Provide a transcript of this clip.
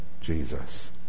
Jesus